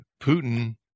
Putin